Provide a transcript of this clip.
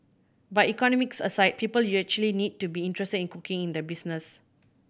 but economics aside people actually need to be interested in cooking in the business